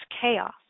chaos